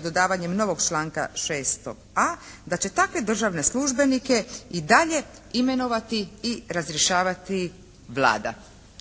dodavanjem novog članka 6a. da će takve državne službenike i dalje imenovati i razrješavati Vlada.